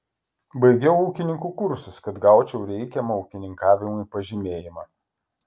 baigiau ūkininkų kursus kad gaučiau reikiamą ūkininkavimui pažymėjimą